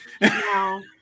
No